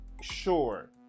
sure